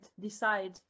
decide